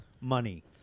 money